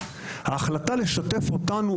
ההחלטה לשתף אותנו,